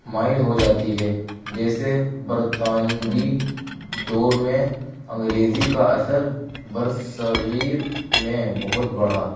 مائل ہو جاتی ہے جیسے برطانوی دور میں انگریزی کا اثر برصغیر میں بہت بڑھا